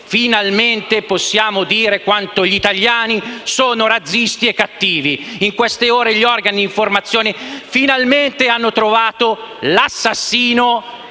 Finalmente possiamo dire quanto gli italiani sono razzisti e cattivi. In queste ore gli organi di informazione finalmente hanno trovato l'assassino